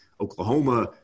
Oklahoma